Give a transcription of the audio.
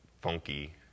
funky